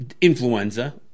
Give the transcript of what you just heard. influenza